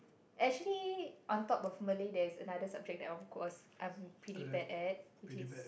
actually on top of Malay there is another subject that of course I am pretty bad at which is